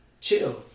chill